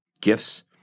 gifts